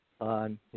on